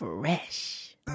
fresh